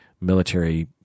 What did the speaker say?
military